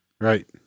Right